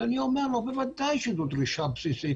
אני אומר לו: בוודאי שזו דרישה בסיסית